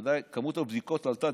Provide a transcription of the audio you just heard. בוודאי כמות הבדיקות עלתה.